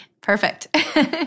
Perfect